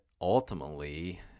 ultimately